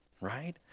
right